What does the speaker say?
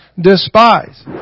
despise